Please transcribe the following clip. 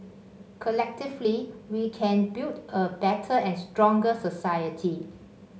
collectively we can build a better and stronger society